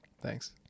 thanks